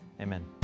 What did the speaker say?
Amen